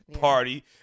party